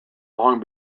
long